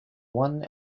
one